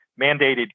mandated